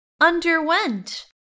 underwent